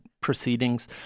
proceedings